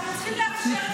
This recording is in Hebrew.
אנחנו צריכים לאפשר,